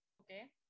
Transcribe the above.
Okay